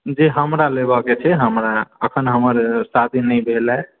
जी हमरा लेबाके छै हमरा अखन हमर शादी नहि भेलहै